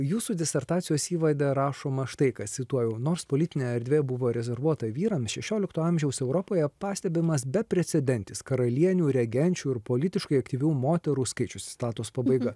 jūsų disertacijos įvade rašoma štai kas cituoju nors politinę erdvę buvo rezervuota vyrams šešiolikto amžiaus europoje pastebimas beprecedentis karalienių regenčiu ir politiškai aktyvių moterų skaičius citatos pabaiga